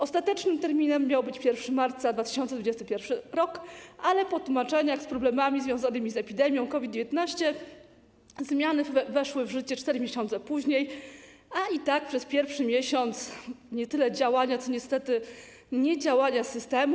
Ostatecznym terminem miał być 1 marca 2021 r., ale po tłumaczeniach dotyczących problemów związanych z epidemią COVID-19 zmiany weszły w życie 4 miesiące później, a i tak przez pierwszy miesiąc to nie tyle działanie, co niestety niedziałanie systemu.